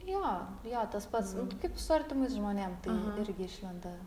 jo jo tas pats kaip su artimais žmonėm tai irgi išlenda